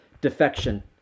defection